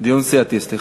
דיון סיעתי, סליחה.